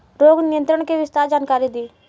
रोग नियंत्रण के विस्तार जानकारी दी?